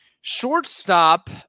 Shortstop